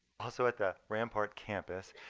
also at the rampart campus,